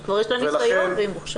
שכבר יש לה ניסיון והיא מוכשרת.